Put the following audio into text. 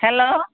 hello